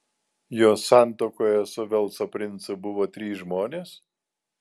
jos santuokoje su velso princu buvo trys žmonės